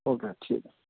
okay ٹھیک ہے